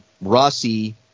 Rossi